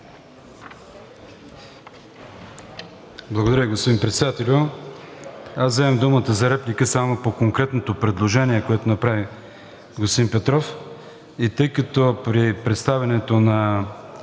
Благодаря Ви, господин Председател. Вземам думата за реплика само по конкретното предложение, което направи господин Петров, и тъй като при представянето на